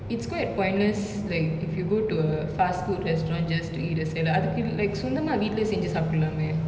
it's quite pointless like if you go to a fast food restaurant just to eat a salad அதுக்கு:athuku like சொந்தமா வீட்ல செஞ்சி சாப்டலாமே:sonthamaa veetla senji saapdalaame